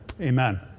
Amen